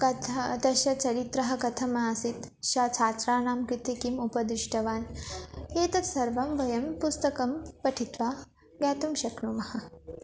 कथा तस्य चरित्रः कथमासीत् श छात्राणां कृते किम् उपदिष्टवान् एतत् सर्वं वयं पुस्तकं पठित्वा ज्ञातुं शक्नुमः